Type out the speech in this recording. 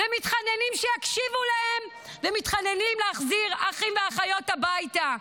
ומתחננים שיקשיבו להם ומתחננים להחזיר אחים ואחיות הביתה?